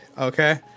okay